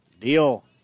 Deal